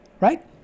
right